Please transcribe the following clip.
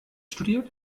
studiert